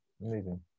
Amazing